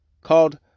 called